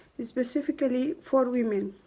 specifically for women.